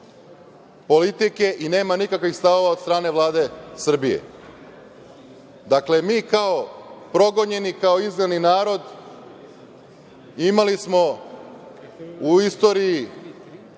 politike i nema nikakvih stavova od strane Vlade Srbije. Dakle, mi kao progonjeni, kao izdani narod imali smo u istoriji